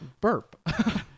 Burp